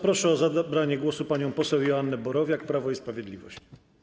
Proszę o zabranie głosu panią poseł Joannę Borowiak, Prawo i Sprawiedliwość.